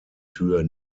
tür